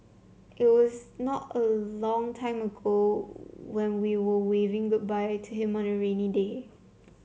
it was not a long ago when we were waving goodbye to him on a rainy day